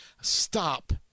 stop